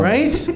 Right